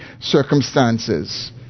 circumstances